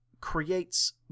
creates